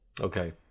Okay